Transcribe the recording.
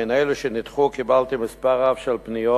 קיבלתי מחלק מאלו שנדחו מספר רב של פניות